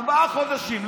ארבעה חודשים.